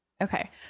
Okay